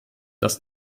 das